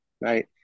right